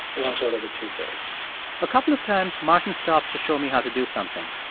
sort of two-thirds a couple of times, martin stops to show me how to do something.